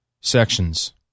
Sections